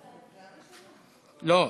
לא.